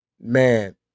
Man